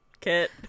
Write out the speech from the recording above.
kit